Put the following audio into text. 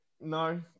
No